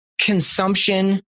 consumption